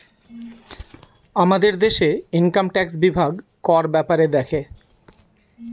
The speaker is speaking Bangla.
আমাদের দেশে ইনকাম ট্যাক্স বিভাগ কর ব্যাপারে দেখে